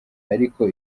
ariko